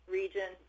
region